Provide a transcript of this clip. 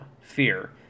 fear